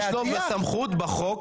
יש לו סמכות בחוק,